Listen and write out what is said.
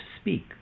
speak